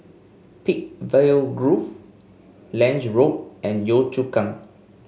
Peakville Grove Lange Road and Yio Chu Kang